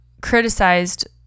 criticized